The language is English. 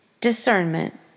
discernment